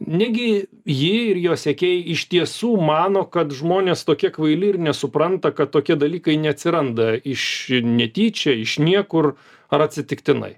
negi ji ir jo sekėjai iš tiesų mano kad žmonės tokie kvaili ir nesupranta kad tokie dalykai neatsiranda iš netyčia iš niekur ar atsitiktinai